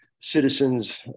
citizens